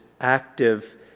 active